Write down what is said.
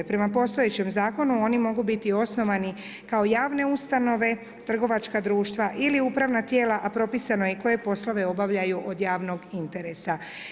Prema postojećem zakonu, oni mogu biti osnovani, kao javne ustanove, trgovačka društva ili upravna tijela, a propisano je koje poslove obavljaju od javnog interesa.